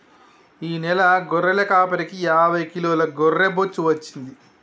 ఈ నెల గొర్రెల కాపరికి యాభై కిలోల గొర్రె బొచ్చు వచ్చింది